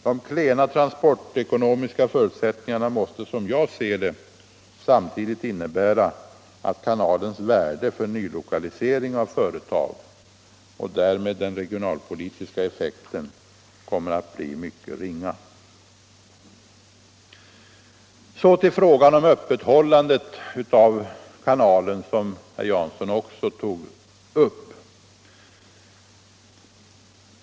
De klena transportekonomiska förutsättningarna måste, som jag ser det, samtidigt innebära att kanalens värde för nylokalisering av företag och därmed den regionalpolitiska effekten kommer att bli mycket ringa. Så till frågan om öppethållandet av kanalen, som herr Jansson också tog upp.